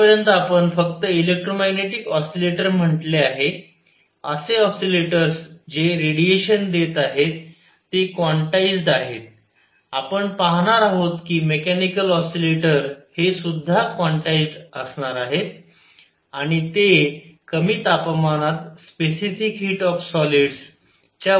आतापर्यंत आपण फक्त इलेक्ट्रोमॅग्नेटिक ऑसीलेटर म्हटले आहे असे ऑसिलेटर्स जे रेडिएशन देत आहेत ते क्वांटाइज्ड आहेत आपण पाहणार आहोत की मेकॅनिकल ऑसिलेटर हे सुद्धा क्वांटाइज्ड असणार आहेत आणि ते कमी तापमानात स्पेसिफिक हीट ऑफ सॉलिड्स च्या वर्तनाचे स्पष्टीकरण देतील